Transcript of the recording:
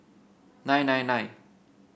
nine nine nine